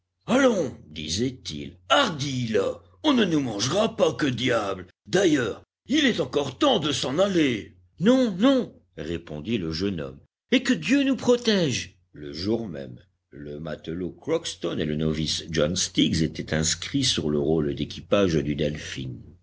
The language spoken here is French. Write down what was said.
allons disait-il hardi là on ne nous mangera pas que diable d'ailleurs il est encore temps de s'en aller non non répondit le jeune homme et que dieu nous protège le jour même le matelot crockston et le novice john stiggs étaient inscrits sur le rôle d'équipage du delphin